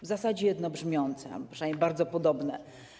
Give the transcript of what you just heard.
W zasadzie jednobrzmiące, a przynajmniej bardzo podobne.